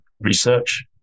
research